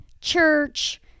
church